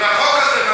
החוק הזה?